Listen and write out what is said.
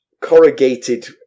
corrugated